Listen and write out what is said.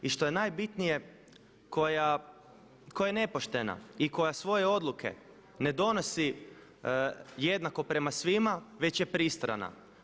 I što je najbitnije koja je nepoštena i koja svoje odluke ne donosi jednako prema svima već je pristrana.